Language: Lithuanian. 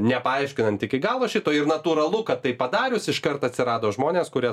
nepaaiškinant iki galo šito ir natūralu kad tai padarius iškart atsirado žmonės kurie